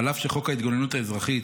על אף שחוק ההתגוננות האזרחית,